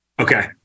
Okay